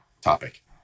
topic